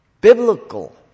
Biblical